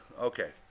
Okay